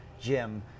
Jim